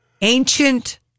ancient